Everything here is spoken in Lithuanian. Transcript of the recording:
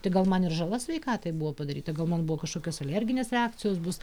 tai gal man ir žala sveikatai buvo padaryta gal man buvo kažkokios alerginės reakcijos bus